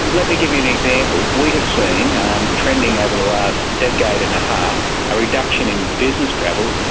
let me give you an example. we have seen um trending over the last decade and a half a reduction in business travel.